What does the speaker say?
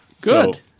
Good